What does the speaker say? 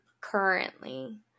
currently